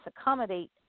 accommodate